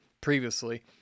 previously